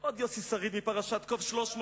עוד יוסי שריד מפרשת קו 300,